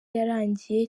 yarangiye